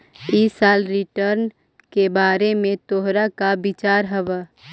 हर साल रिटर्न के बारे में तोहर का विचार हवऽ?